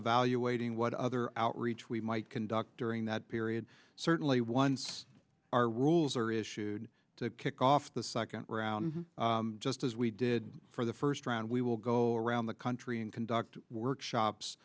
evaluating what other outreach we might conduct during that period certainly once our rules are issued to kick off the second round just as we did for the first round we will go around the country and conduct